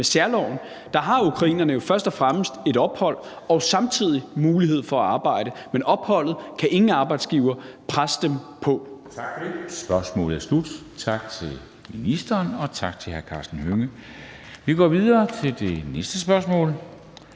Med særloven har ukrainerne jo først og fremmest et opholdsgrundlag og samtidig mulighed for at arbejde. Men opholdsgrundlaget kan ingen arbejdsgiver presse dem på.